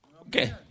Okay